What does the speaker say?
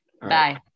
Bye